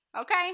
okay